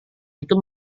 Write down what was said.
itu